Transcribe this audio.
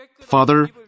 Father